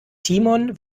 timon